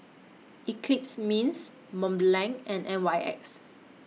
Eclipse Mints Mont Blanc and N Y X